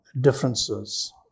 differences